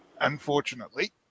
unfortunately